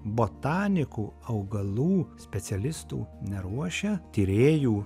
botanikų augalų specialistų neruošia tyrėjų